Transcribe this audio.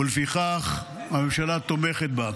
ולפיכך הממשלה תומכת בה.